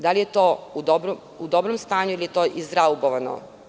Da li je to u dobrom stanju ili je to izraubovano?